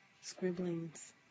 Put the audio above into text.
scribblings